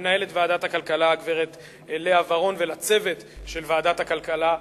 למנהלת ועדת הכלכלה הגברת לאה ורון ולצוות של ועדת הכלכלה,